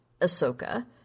Ahsoka